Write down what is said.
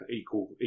equal